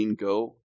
go